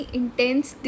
intense